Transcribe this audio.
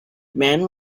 man